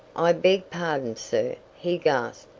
i beg pardon, sir, he gasped,